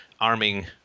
arming